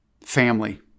family